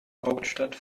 hauptstadt